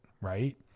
Right